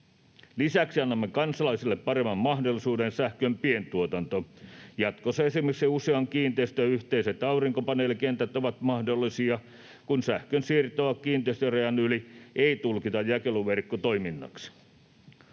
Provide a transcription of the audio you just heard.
Lisäksi annamme kansalaisille paremman mahdollisuuden sähkön pientuotantoon. Jatkossa esimerkiksi usean kiinteistön yhteiset aurinkopaneelikentät ovat mahdollisia, kun sähkönsiirtoa kiinteistörajan yli ei tulkita jakeluverkkotoiminnaksi.